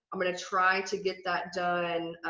i'm gonna try to get that done.